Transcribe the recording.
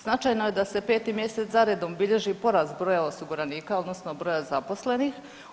Značajno je da se 5-ti mjesec zaredom bilježi porast broja osiguranika odnosno broja zaposlenih.